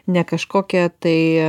ne kažkokią tai